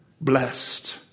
Blessed